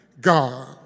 God